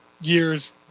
years